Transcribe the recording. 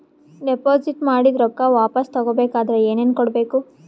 Deposit ಮಾಡಿದ ರೊಕ್ಕ ವಾಪಸ್ ತಗೊಬೇಕಾದ್ರ ಏನೇನು ಕೊಡಬೇಕು?